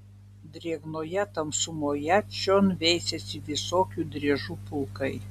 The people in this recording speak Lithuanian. drėgnoje tamsumoje čion veisėsi visokių driežų pulkai